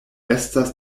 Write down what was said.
estas